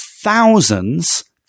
thousands